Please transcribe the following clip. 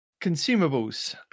Consumables